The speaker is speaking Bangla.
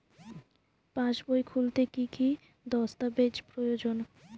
পাসবই খুলতে কি কি দস্তাবেজ প্রয়োজন?